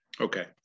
Okay